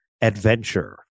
adventure